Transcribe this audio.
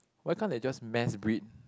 why can't they just mass breed